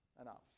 Enough